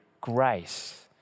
grace